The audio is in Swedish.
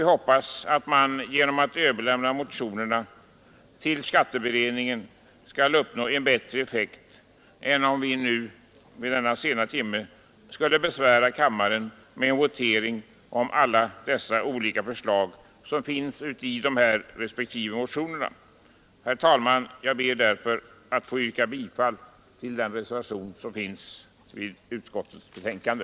Vi hoppas att man genom att överlämna motionerna till företagsskatteberedningen skall uppnå en bättre effekt än om vi nu vid denna sena timme skulle besvära kammaren med en votering om alla de olika förslagen i respektive motioner. Herr talman! Jag ber att få yrka bifall till den reservation som finns fogad till utskottets betänkande.